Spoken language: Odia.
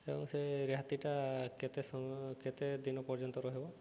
ଏବଂ ସେ ରିହାତିଟା କେତେ ସମୟ କେତେ ଦିନ ପର୍ଯ୍ୟନ୍ତ ରହିବ